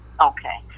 Okay